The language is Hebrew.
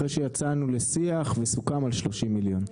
אחרי שיצאנו לשיח וסוכם על 30 מיליון.